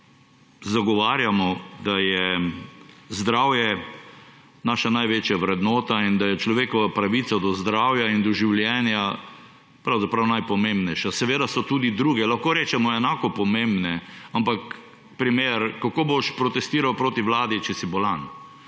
zagovarjamo, da je zdravje naša največja vrednota in da je človekova pravica do zdravja in do življenja pravzaprav najpomembnejša. Seveda so tudi druge, lahko rečemo, enako pomembne, ampak primer – Kako boš protestiral proti vladi, če si bolan?